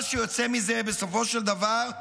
מה שיוצא מזה בסופו של דבר,